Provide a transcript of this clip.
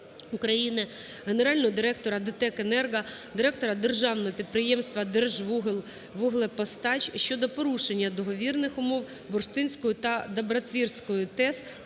Генерального директора ДТЕКЕнерго, директора державного підприємства "Держвуглепостач" щодо порушення договірних умов Бурштинською та Добротвірською ТЕС ПАС